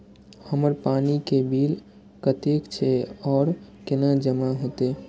हमर पानी के बिल कतेक छे और केना जमा होते?